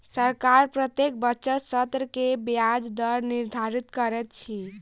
सरकार प्रत्येक बजट सत्र में ब्याज दर निर्धारित करैत अछि